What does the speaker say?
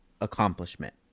accomplishment